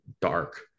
dark